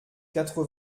quatre